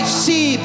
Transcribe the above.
see